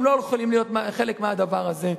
הם לא יכולים להיות חלק מהדבר הזה.